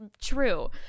True